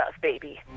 baby